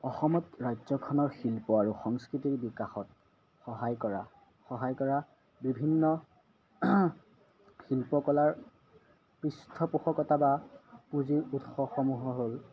অসমত ৰাজ্যখনৰ শিল্প আৰু সংস্কৃতিৰ বিকাশত সহায় কৰা সহায় কৰা বিভিন্ন শিল্পকলাৰ পৃষ্ঠপোষকতা বা পুঁজিৰ উৎসসমূহ হ'ল